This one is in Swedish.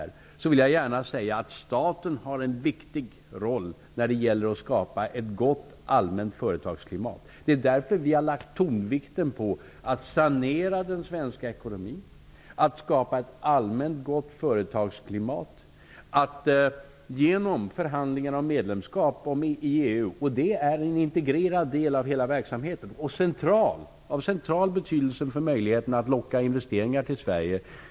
När det är sagt, vill jag gärna säga att staten har en viktig roll när det gäller att skapa ett allmänt gott företagsklimat. Det är därför vi har lagt tonvikten på att sanera den svenska ekonomin, på att skapa ett allmänt gott företagsklimat och på förhandlingar om medlemskap i EU. Medlemskapsförhandlingarna är en integrerad del av hela verksamheten och av central betydelse för möjligheten att locka investeringar till Sverige.